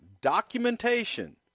documentation